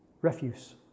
Refuse